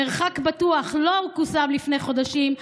מרחק בטוח לא הושג רק לפני כמה חודשים,